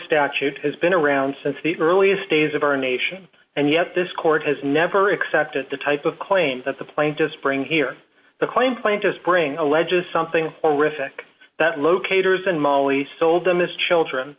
statute has been around since the earliest days of our nation and yet this court has never accepted the type of claim that the plane just bring here the claim plane just bring alleges something horrific that locators and molly sold them as children